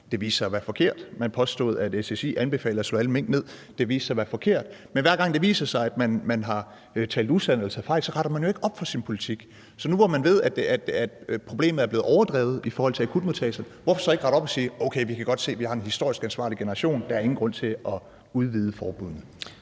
Det viste sig at være forkert. Men påstod, at SSI anbefalede at slå alle mink ned. Det viste sig at være forkert. Men hver gang det viser sig, at man har talt usandt eller taget fejl, så retter man jo ikke op på sin politik. Så nu, hvor man ved, at problemet er blevet overdrevet i forhold til akutmodtagelse, hvorfor så ikke rette op og sige: Okay, vi kan godt se, at der er en historisk ansvarlig generation, og der er ingen grund til at udvide forbuddene?